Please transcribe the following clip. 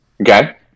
Okay